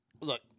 Look